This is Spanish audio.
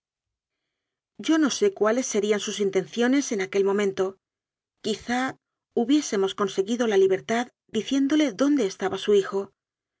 yo no sé cuáles serían sus intenciones en aquel momento quizá hubiésemos conseguido la liber tad diciéndole dónde estaba su hijo